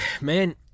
Man